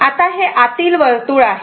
आता हे आतील वर्तुळ आहे